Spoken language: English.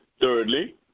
Thirdly